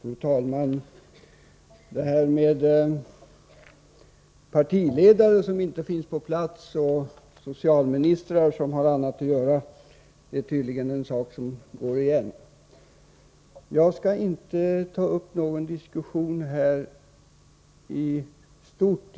Fru talman! Det här med partiledare som inte är på plats och socialministrar som har annat att göra är tydligen en sak som går igen. Jag skallinte ta upp någon diskussion i stort här.